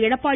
Edappadi